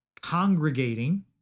congregating